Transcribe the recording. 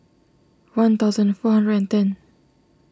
one thousand four hundred and ten